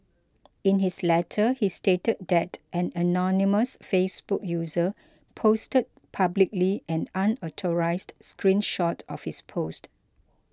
in his letter he stated that an anonymous Facebook user posted publicly an unauthorised screen shot of his post